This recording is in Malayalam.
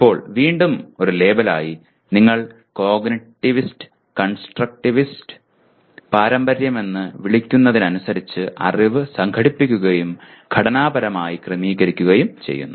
ഇപ്പോൾ വീണ്ടും ഒരു ലേബലായി നിങ്ങൾ കോഗ്നിറ്റിവിസ്റ്റ് കൺസ്ട്രക്റ്റിവിസ്റ്റ് പാരമ്പര്യമെന്ന് വിളിക്കുന്നതിനനുസരിച്ച് അറിവ് സംഘടിപ്പിക്കുകയും ഘടനാപരമായി ക്രമീകരിക്കുകയും ചെയ്യുന്നു